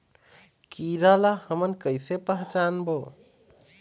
कीरा ला हमन कइसे पहचानबो?